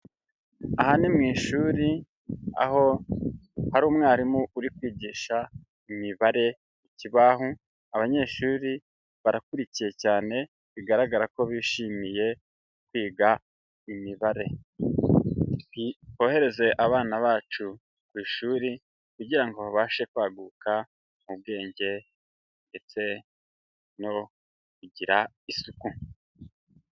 Aha ni mu ishuri aho hari umwarimu uri kwigisha imibare ku kibaho, abanyeshuri barakurikiye cyane, bigaragara ko bishimiye kwiga imibare. Tuti, twohereze abana bacu ku ishuri kugira ngo babashe kwaguka mu bwenge ndetse no kugira isuku.